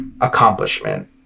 accomplishment